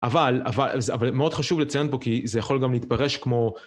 אבל מאוד חשוב לציין פה, כי זה יכול גם להתפרש כמו...